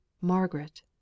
Margaret